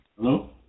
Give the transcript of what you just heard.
Hello